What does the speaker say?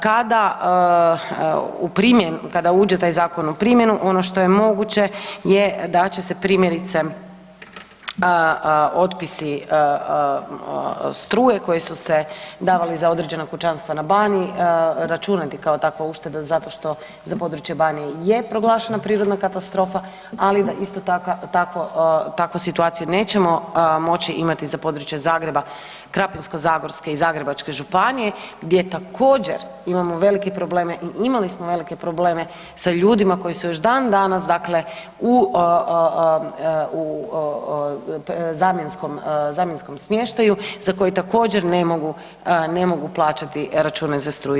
Kada u primjenu, kada uđe taj zakon u primjenu ono što je moguće je da će se primjerice otpisi struje koji su se davali za određena kućanstva na Baniji računati kao takva ušteda zato što za područje Banije je proglašena prirodna katastrofa, ali da istu takvu situaciju nećemo moći imati za područje Zagreba, Krapinsko-zagorske i Zagrebačke županije gdje također imamo velike probleme i imali smo velike probleme sa ljudima koji su još dan danas dakle u zamjenskom smještaju za koji također ne mogu plaćati račune za struju.